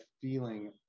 feeling